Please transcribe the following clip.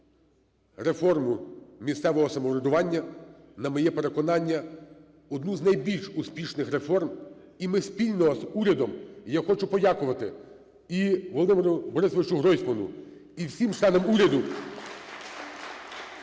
реформу місцевого самоврядування, на моє переконання, одну з найбільш успішних реформ. І ми спільно з урядом, і я хочу подякувати і Володимиру Борисовичу Гройсману, і всім членам уряду